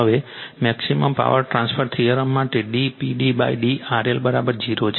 હવે maximum power transfer theorem માટે d Pd RL0 છે